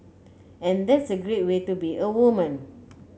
and that's a great way to be a woman